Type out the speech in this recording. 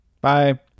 bye